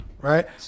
Right